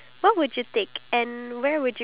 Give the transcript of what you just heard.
so what would you bring